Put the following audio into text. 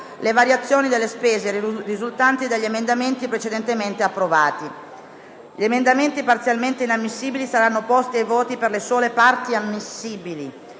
le variazioni delle spese risultanti dagli emendamenti precedentemente approvati. Gli emendamenti parzialmente inammissibili saranno posti ai voti per le sole parti ammissibili.